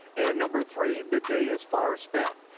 and number three, the day is far spent.